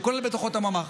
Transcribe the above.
שכולל בתוכו את הממ"ח.